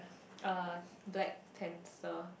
uh Black-Panther